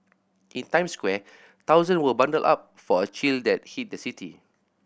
in Times Square thousands were bundled up for a chill that hit the city